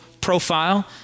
profile